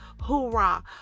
hoorah